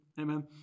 Amen